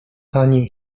ani